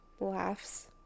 laughs